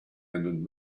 and